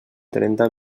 trenta